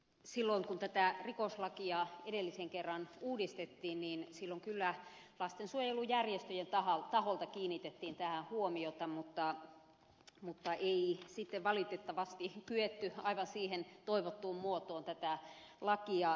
silloin kun tätä rikoslakia edellisen kerran uudistettiin niin silloin kyllä lastensuojelujärjestöjen taholta kiinnitettiin tähän huomiota mutta ei sitten valitettavasti kyetty aivan siihen toivottuun muotoon tätä lakia saattamaan